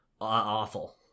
awful